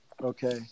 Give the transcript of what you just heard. Okay